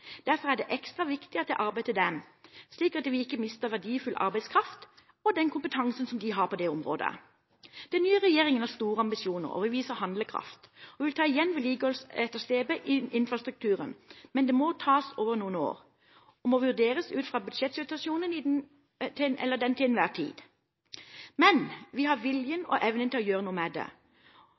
Derfor er det ekstra viktig at det er arbeid til dem, slik at vi ikke mister verdifull arbeidskraft og den kompetansen som de har på det området. Den nye regjeringen har store ambisjoner, og vi viser handlekraft. Vi vil ta igjen vedlikeholdsetterslepet i infrastrukturen, men det må tas over noen år og må vurderes ut fra budsjettsituasjonen til enhver tid. Men vi har vilje og evne til å gjøre noe med det.